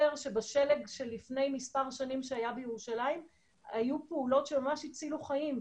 שבשלג של לפני מספר שנים שהיה בירושלים היו פעולות שממש הצילו חיים,